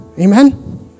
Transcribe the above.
Amen